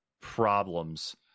problems